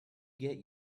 get